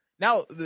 Now